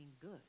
good